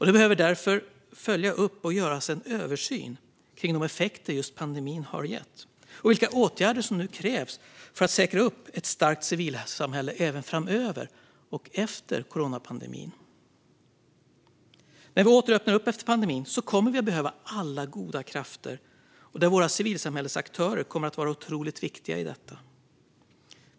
Det behöver därför göras en uppföljning och översyn av de effekter pandemin har haft och vilka åtgärder som nu krävs för att säkra ett starkt civilsamhälle även framöver och efter coronapandemin. När vi åter öppnar upp samhället kommer vi att behöva alla goda krafter, och där kommer våra civilsamhällesaktörer att vara otroligt viktiga.